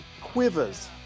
Quivers